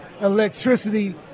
electricity